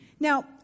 Now